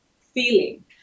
feeling